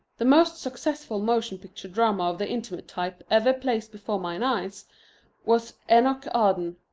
the most successful motion picture drama of the intimate type ever placed before mine eyes was enoch arden,